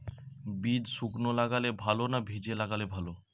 বীজ শুকনো লাগালে ভালো না ভিজিয়ে লাগালে ভালো?